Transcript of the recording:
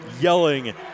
yelling